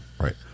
Right